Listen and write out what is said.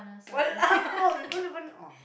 !walao! you don't even oh